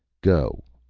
go,